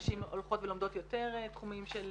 נשים הולכות ולומדות יותר תחומים של